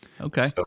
Okay